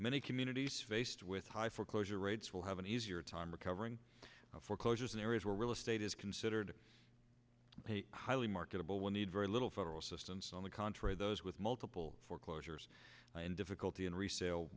many communities faced with high foreclosure rates will have an easier time recovering foreclosures in areas where real estate is considered highly marketable when need very little federal assistance on the contrary those with multiple foreclosures and difficulty in resale